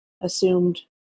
assumed